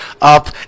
up